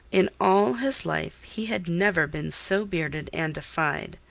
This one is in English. in all his life he had never been so bearded and defied.